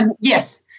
Yes